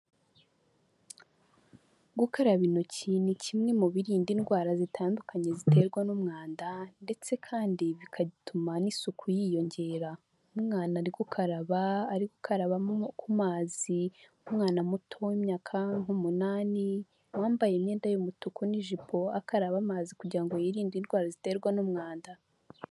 Gukaraba intoki ni kimwe mu birinda indwara zitandukanye ziterwa n'umwanda ndetse kandi bikagituma n'isuku yiyongera. Umwana ari gukaraba, ari gukaraba ku mazi, umwana muto w'imyaka nk'umunani, wambaye imyenda y'umutuku n'ijipo, akaba amazi kugira ngo yirinde indwara ziterwa n'umwanda.